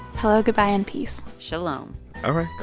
hello, goodbye and peace shalom all right. cool.